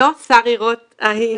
אם זה שני ימי חופש